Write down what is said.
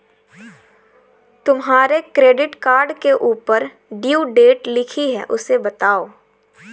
तुम्हारे credit card के ऊपर ड्यू डेट लिखी है उसे बताओ